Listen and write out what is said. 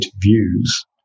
views